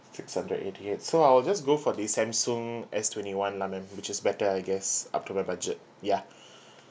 six hundred eighty eight so I'll just go for the Samsung S twenty one lah ma'am which is better I guess up to my budget ya